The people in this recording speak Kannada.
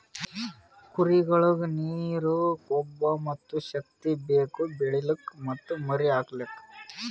ಕುರಿಗೊಳಿಗ್ ನೀರ, ಕೊಬ್ಬ ಮತ್ತ್ ಶಕ್ತಿ ಬೇಕು ಬೆಳಿಲುಕ್ ಮತ್ತ್ ಮರಿ ಹಾಕಲುಕ್